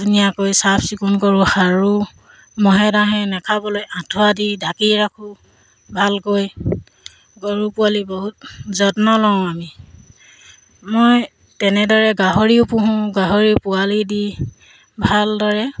ধুনীয়াকৈ চাফচিকুণ কৰোঁ সাৰোঁ মহে দাহে নেখাবলৈ আঁঠুৱা দি ঢাকি ৰাখোঁ ভালকৈ গৰু পোৱালি বহুত যত্ন লওঁ আমি মই তেনেদৰে গাহৰিও পোহোঁ গাহৰি পোৱালি দি ভালদৰে